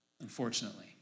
Unfortunately